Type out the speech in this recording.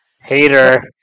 Hater